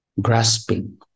grasping